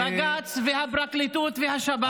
בג"ץ אמר, בג"ץ.